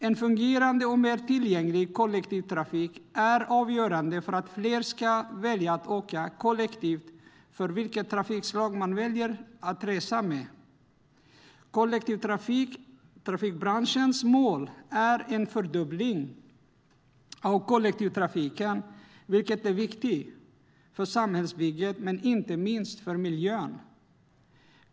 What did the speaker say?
En fungerande och mer tillgänglig kollektivtrafik är avgörande för att fler ska välja att åka kollektivt och för vilket trafikslag man väljer att resa med. Kollektivtrafikbranschens mål är en fördubbling av kollektivtrafiken, vilket är viktigt för samhällsbygget men inte minst för miljön.